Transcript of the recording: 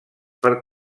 per